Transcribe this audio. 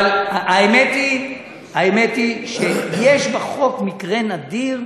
אבל האמת היא שיש בחוק מקרה נדיר,